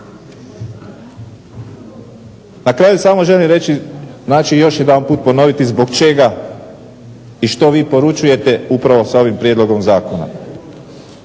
Na kraju samo želim reći, znači još jedanput ponoviti zbog čega i što vi poručujete upravo sa ovim prijedlogom zakona.